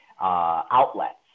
Outlets